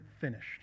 finished